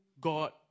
God